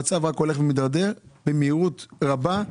המצב רק הולך ומידרדר במהירות רבה.